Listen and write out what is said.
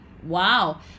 Wow